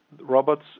robots